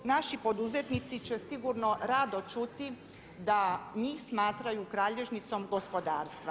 Naši poduzetnici će sigurno rado čuti da njih smatraju kralježnicom gospodarstva.